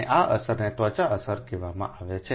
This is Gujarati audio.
અને આ અસરને ત્વચા અસર કહેવામાં આવે છે